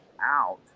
out